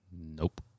Nope